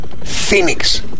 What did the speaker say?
Phoenix